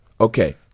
Okay